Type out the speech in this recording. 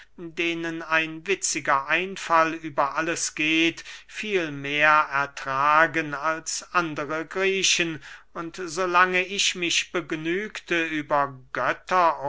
denen ein witziger einfall über alles geht viel mehr ertragen als andere griechen und so lange ich mich begnügte über götter